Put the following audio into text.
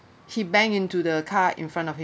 he bang into the car in front of him